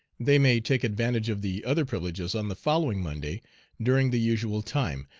they may take advantage of the other privileges on the following monday during the usual time,